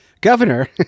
Governor